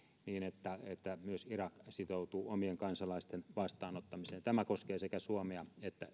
niin että että myös irak sitoutuu omien kansalaisten vastaanottamiseen tämä koskee sekä suomea että